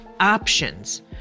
options